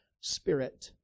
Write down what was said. Spirit